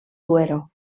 duero